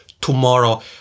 tomorrow